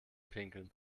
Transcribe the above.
pinkeln